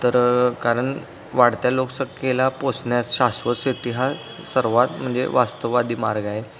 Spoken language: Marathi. तर कारण वाढत्या लोकसंख्येला पोसण्यास शाश्वत शेती हा सर्वात म्हणजे वास्तववादी मार्ग आहे